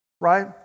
right